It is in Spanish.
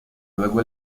luego